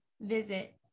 visit